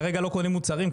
כרגע לא קונים מוצרים,